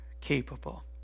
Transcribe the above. capable